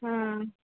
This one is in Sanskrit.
हा